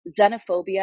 xenophobia